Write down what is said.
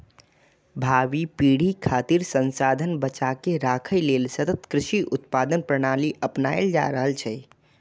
भावी पीढ़ी खातिर संसाधन बचाके राखै लेल सतत कृषि उत्पादन प्रणाली अपनाएल जा रहल छै